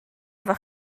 efo